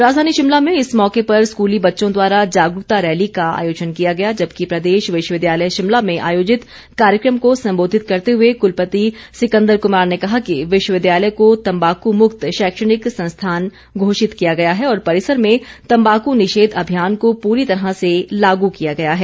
राजधानी शिमला में इस मौके पर स्कूली बच्चों द्वारा जागरूकता रैली का आयोजन किया गया जबकि प्रदेश विश्वविद्यालय शिमला में आयोजित कार्यक्रम को संबोधित करते हुए कुलपति सिकंदर कुमार ने कहा कि विश्वविद्यालय को तंबाकू मुक्त शैक्षणिक संस्थान घोषित किया गया है और परिसर में तम्बाकू निषेध अभियान को पूरी तरह से लागू किया गया है